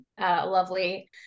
lovely